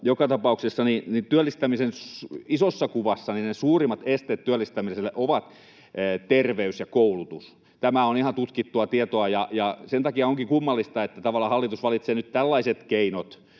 joka tapauksessa työllistämisen isossa kuvassa ne suurimmat esteet työllistämiselle ovat terveys ja koulutus. Tämä on ihan tutkittua tietoa, ja sen takia onkin kummallista, että tavallaan hallitus valitsee nyt tällaiset keinot